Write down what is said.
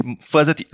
further